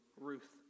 Ruth